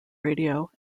radio